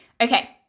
Okay